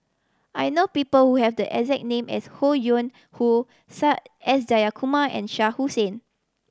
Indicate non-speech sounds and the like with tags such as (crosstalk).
I know people who have the exact name as Ho Yuen Hoe (unintelligible) S Jayakumar and Shah Hussain